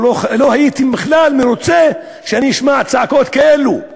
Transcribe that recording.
או לא הייתי מרוצה כששמעתי צעקות כאלו,